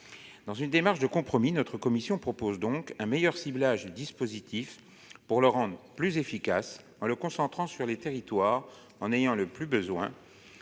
Dans une démarche de compromis, notre commission propose donc un meilleur ciblage du dispositif, afin de rendre celui-ci plus efficace en le concentrant sur les territoires qui en ont le plus besoin.